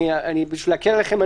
בשביל להקל עליכם,